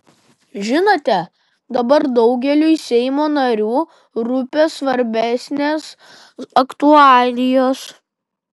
žinote dabar daugeliui seimo narių rūpi svarbesnės aktualijos